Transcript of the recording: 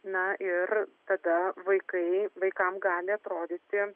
na ir tada vaikai vaikam gali atrodyti